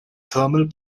thermal